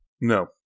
No